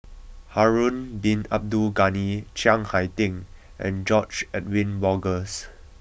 Harun Bin Abdul Ghani Chiang Hai Ding and George Edwin Bogaars